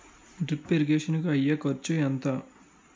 Drip irrigation కూ అయ్యే ఖర్చు ఎంత?